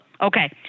okay